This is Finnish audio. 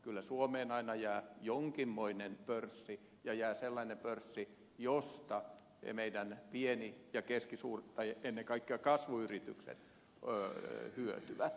kyllä suomeen aina jää jonkinmoinen pörssi ja jää sellainen pörssi josta meidän pienet ja ennen kaikkea kasvuyrityksemme hyötyvät